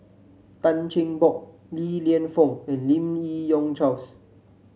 Tan Cheng Bock Li Lienfung and Lim Yi Yong Charles